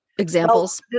Examples